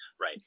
Right